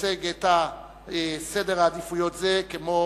ומייצג סדר עדיפויות זה כמו